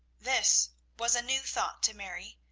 this was a new thought to mary,